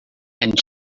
and